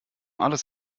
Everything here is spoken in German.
alles